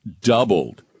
doubled